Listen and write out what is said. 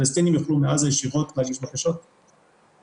היא דיברה על לפני הקורונה, אבל אני